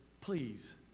please